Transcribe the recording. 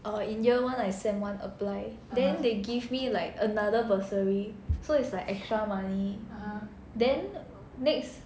err in year one I sem one apply then they give me like another bursary so it's like extra money then next